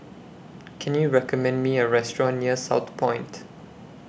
Can YOU recommend Me A Restaurant near Southpoint